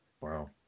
Wow